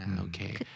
Okay